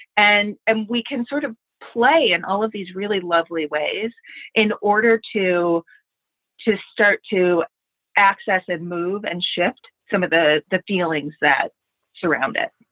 and and we can sort of play in and all of these really lovely ways in order to to start to access and move and shift some of the the feelings that surround it